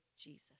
Jesus